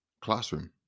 classroom